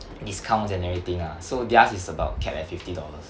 discounts and everything lah so theirs is about capped at fifty dollars